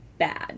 bad